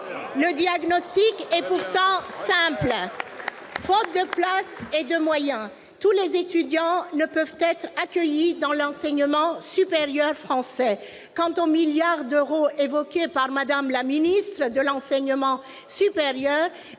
Le diagnostic est pourtant simple : faute de places et de moyens, tous les étudiants ne peuvent être accueillis dans l'enseignement supérieur français. Quant au milliard d'euros évoqué par Mme la ministre de l'enseignement supérieur,